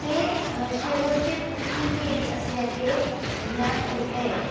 ते शेवटचे पुष्टी केली असल्याचे ज्ञात होतं आहे